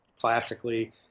classically